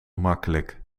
makkelijk